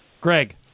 Greg